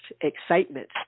excitement